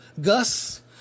Gus